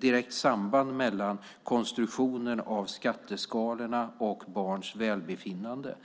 direkt samband mellan konstruktionen av skatteskalorna och barns välbefinnande.